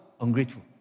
ungrateful